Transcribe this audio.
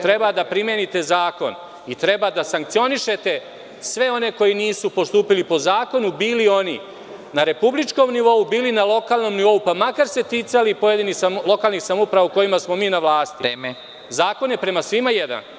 Treba da primenite zakon i treba da sankcionišete sve one koji nisu postupili po zakonu, bili oni na republičkom nivou, bili na lokalnom nivou, pa makar se ticali pojedinih lokalnih samouprava u kojima smo mi na vlasti. (Predsednik: Vreme.) Zakon je prema svima jednak.